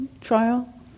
trial